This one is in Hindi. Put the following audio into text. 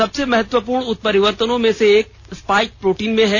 सबसे महत्वपूर्ण उत्परिवर्तनों में से एक स्पाइक प्रोटीन में है